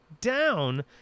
down